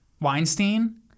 Weinstein